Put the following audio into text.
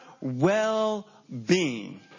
well-being